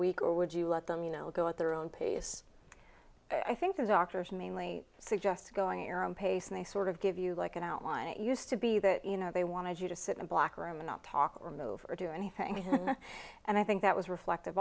week or would you let them you know go at their own pace i think that actors mainly suggest going your own pace and they sort of give you like an outline it used to be that you know they wanted you to sit in a black room and not talk remove or do anything and i think that was reflective